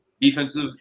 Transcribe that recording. defensive